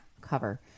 cover